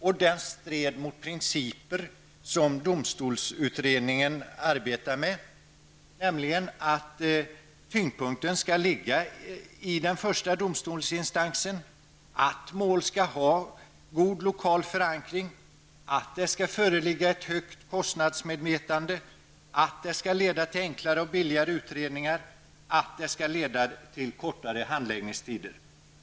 Dessutom stred den mot de principer som domstolsutredningen hade arbetat med, nämligen att tyngdpunkten skall ligga i den första domstolsinstansen, att mål skall ha god lokal förankring, att det skall föreligga ett högt kostnadsmedvetande, att det skall leda till enklare och billigare utredningar samt att det skall leda till kortare handläggningstider.